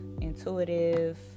intuitive